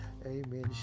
amen